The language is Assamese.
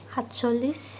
সাতচল্লিছ